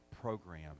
program